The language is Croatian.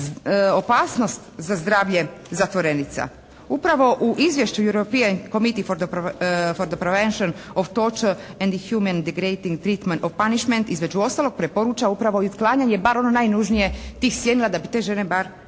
opasnost za zdravlje zatvorenica. Upravo u izvješću "European commity for the prevention of torture and the human degraitin treatment of punishment" između ostalog preporuča upravo i otklanjanje, bar ono najnužnije, tih sjenila da bi te žene bar